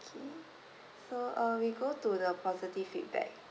okay so uh we go to the positive feedback